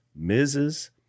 Mrs